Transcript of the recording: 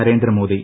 Narendra Modi